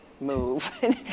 move